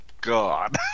God